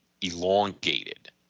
elongated